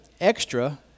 extra